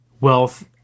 wealth